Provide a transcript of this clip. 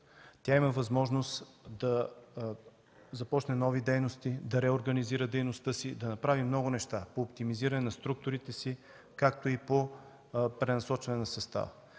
Тя има възможност да започне нови дейности, да ги реорганизира, да направи много неща по оптимизиране на структурите си, както и по пренасочване на състава.